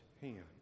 hand